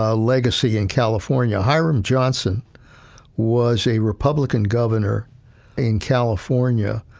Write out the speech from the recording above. ah legacy in california. hiram johnson was a republican governor in california,